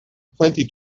plenty